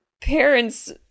parents